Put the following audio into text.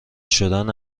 شدن